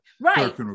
Right